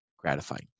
gratifying